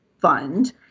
Fund